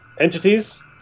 entities